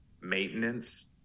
maintenance